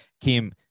Kim